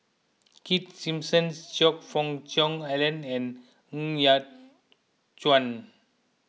Keith Simmons Choe Fook Cheong Alan and Ng Yat Chuan